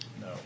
No